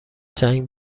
جنگ